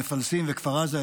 מפלסים וכפר עזה,